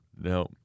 No